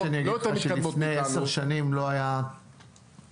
רוצה שאני אגיד לך שלפני עשר שנים לא היה --- אפשר,